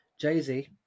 Jay-Z